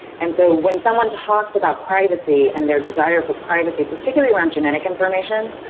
and so, when someone talks about privacy, and their desire for privacy, particularly around genetic information,